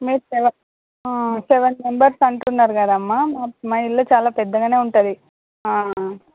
మీరు seven seven members అంటున్నారు కదమ్మా మా ఇల్లు చాలా పెద్దగానే ఉంటుంది